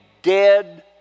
dead